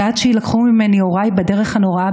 ועד שיילקחו ממני הוריי בדרך הנוראה